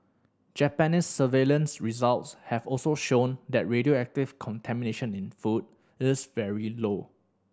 Japan's surveillance results have also shown that radioactive contamination in food it is very low